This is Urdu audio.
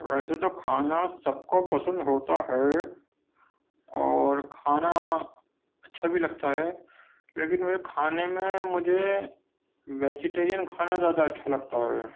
ویسے تو کھانا سب کو پسند ہوتا ہے اور کھانا اچھا بھی لگتا ہے لیکن میرے کھانے میں مجھے ویجیٹیرین کھانا زیادہ اچھا لگتا ہے